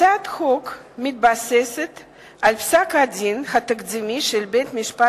התש"ע 2009. הצעת החוק מתבססת על פסק-הדין התקדימי של בית-המשפט